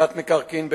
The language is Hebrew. תפיסת מקרקעין בכוח,